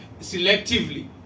selectively